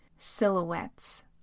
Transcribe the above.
Silhouettes